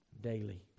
daily